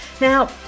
now